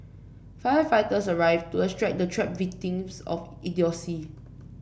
firefighters arrived to extract the trapped victims of idiocy